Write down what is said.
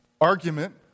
argument